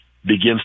begins